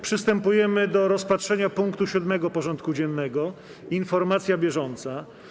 Przystępujemy do rozpatrzenia punktu 7. porządku dziennego: Informacja bieżąca.